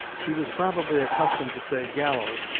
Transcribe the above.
he was probably accustomed to say gallows,